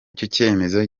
cyemezo